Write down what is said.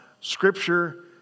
Scripture